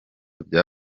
bya